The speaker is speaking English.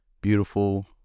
beautiful